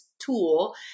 Tool